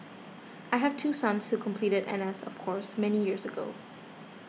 I have two sons who completed N S of course many many years ago